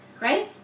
right